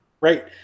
Right